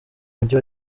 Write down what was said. mujyi